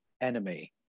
enemy